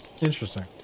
Interesting